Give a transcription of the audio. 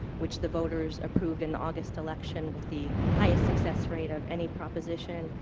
which the voters approved in the august election with the highest success rate of any proposition.